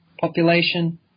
population